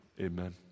amen